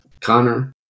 Connor